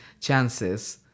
chances